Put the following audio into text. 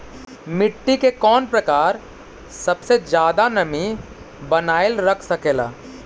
मिट्टी के कौन प्रकार सबसे जादा नमी बनाएल रख सकेला?